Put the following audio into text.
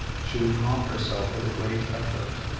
she would calm herself with a great effort,